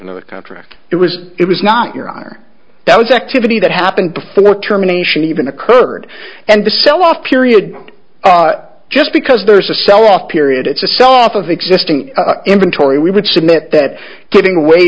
in the contract it was it was not your honor that was activity that happened before terminations even occurred and the sell off period just because there's a sell off period it's a sell off of existing inventory we would submit that giving away